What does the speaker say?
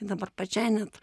dabar pačiai net